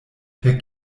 per